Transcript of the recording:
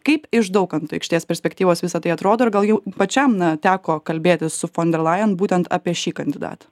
kaip iš daukanto aikštės perspektyvos visa tai atrodo ir gal jau pačiam na teko kalbėtis su fonderlain būtent apie šį kandidatą